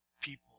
people